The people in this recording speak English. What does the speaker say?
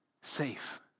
safe